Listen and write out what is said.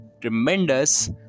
Tremendous